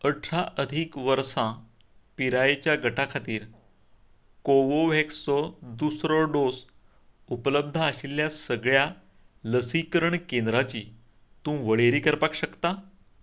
अठरा अधीक वर्सा पिरायेच्या गटा खातीर कोवोव्हॅक्सचो दुसरो डोस उपलब्ध आशिल्ल्या सगळ्या लसीकरण केंद्राची तूं वळेरी करपाक शकता